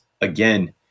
again